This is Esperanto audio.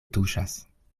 tuŝas